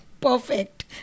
perfect